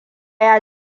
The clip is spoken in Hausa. ya